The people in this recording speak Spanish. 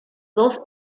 dos